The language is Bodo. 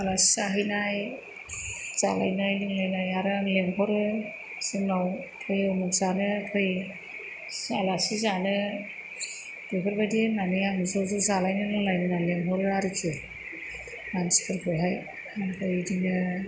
आलासि जाहैनाय जालायनाय लोंलायनाय आरो आं लिंहरो जोंनाव फै उमुख जानो फै सि आलासि जानो बेफोरबायदि होननानै आङो ज' ज' जालायनो लोंलायनो होननानै लिंहरो आरोखि मानसिफोरखौहाय ओमफ्राय बिदिनो